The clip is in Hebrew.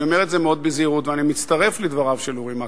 אני אומר את זה מאוד בזהירות ואני מצטרף לדבריו של אורי מקלב,